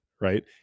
right